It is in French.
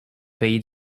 pays